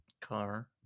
car